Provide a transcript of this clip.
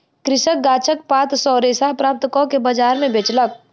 कृषक गाछक पात सॅ रेशा प्राप्त कअ के बजार में बेचलक